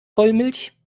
vollmilch